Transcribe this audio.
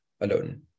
alone